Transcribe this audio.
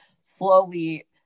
slowly